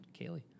Kaylee